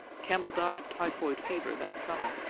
campbell died of typhoid fever, that summer,